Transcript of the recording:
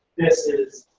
this is.